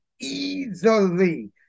easily